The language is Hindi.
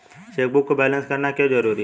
चेकबुक को बैलेंस करना क्यों जरूरी है?